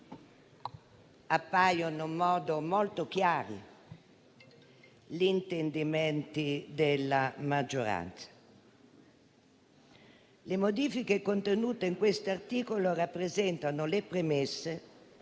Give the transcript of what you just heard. appaiono in modo molto chiaro gli intendimenti della maggioranza. Le modifiche contenute in questo articolo rappresentano le premesse